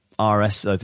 RS